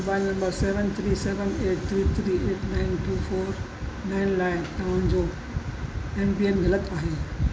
mobile number seven three seven eight three three eight nine two four nine लाइ तव्हां जो MPIN ग़लति आहे